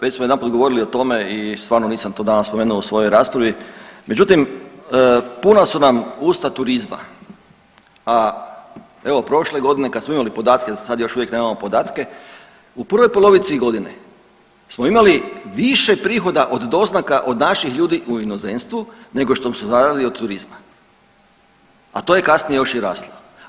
Već smo jedanput govorili o tome i stvarno nisam to danas spomenuo u svojoj raspravi, međutim, puna su nam usta turizma, a evo, prošle godine kad smo imali podatke, za sad još uvijek nemamo podatke, u prvoj polovici godine smo imali više prihoda od doznaka od naših ljudi u inozemstvu nego što smo zaradili od turizma, a to je kasnije još i raslo.